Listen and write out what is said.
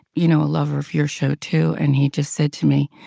you know lover of your show, too, and he just said to me,